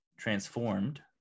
Transformed